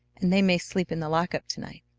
and they may sleep in the lockup to-night.